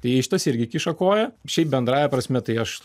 tai šitas irgi kiša koją šiaip bendrąja prasme tai aš